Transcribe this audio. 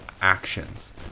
actions